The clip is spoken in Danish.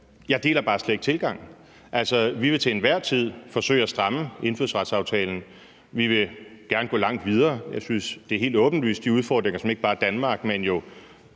Jeg deler bare slet ikke tilgangen. Altså, vi vil til enhver tid forsøge at stramme indfødsretsaftalen. Vi vil gerne gå langt videre. Jeg synes, det er helt åbenlyst, at de udfordringer, som ikke bare Danmark, men jo